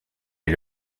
est